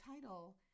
title